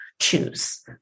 choose